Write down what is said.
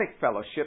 fellowship